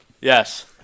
Yes